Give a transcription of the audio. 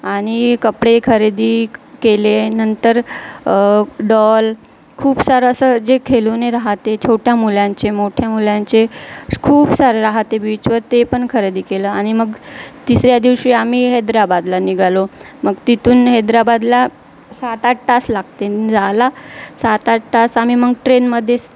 आणि कपडे खरेदी केले नंतर डॉल खूप सारं असं जे खेलुने राहते छोट्या मुलांचे मोठ्या मुलांचे खूप सारे राहते बीचवर ते पण खरेदी केलं आणि मग तिसऱ्या दिवशी आम्ही हैदराबादला निघालो मग तिथून हैदराबादला सातआठ तास लागते राला सात आठ तास आम्ही मग ट्रेनमध्येच